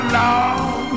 long